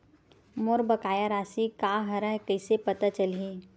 मोर बकाया राशि का हरय कइसे पता चलहि?